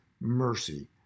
mercy